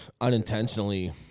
unintentionally